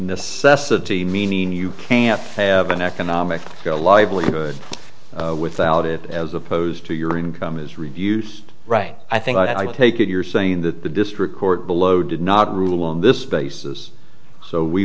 necessity meaning you have an economic livelihood without it as opposed to your income is reviews right i think i take it you're saying that the district court below did not rule on this basis so we